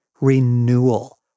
renewal